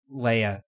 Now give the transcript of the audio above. Leia